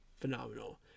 Phenomenal